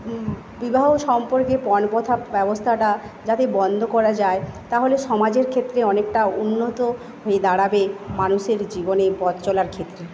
বিবাহ সম্পর্কে পণপ্রথা ব্যবস্থাটা যাতে বন্ধ করা যায় তাহলে সমাজের ক্ষেত্রে অনেকটা উন্নত হয়ে দাঁড়াবে মানুষের জীবনে পথ চলার ক্ষেত্রে